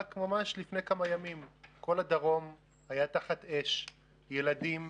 רק ממש לפני כמה ימים כל הדרום היה תחת אש ילדים,